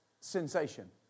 sensation